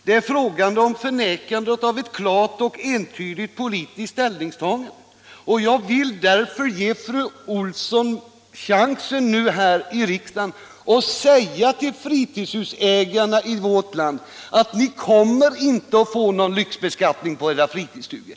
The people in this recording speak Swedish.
Det är fråga om förnekande av ett klart och entydigt politiskt ställningstagande. Jag vill därför ge fru Olsson chansen att nu här i riksdagen säga till fritidshusägarna i vårt land: Ni kommer inte att få någon lyxbeskattning av era fritidsstugor.